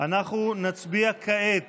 אנחנו נצביע כעת